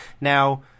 Now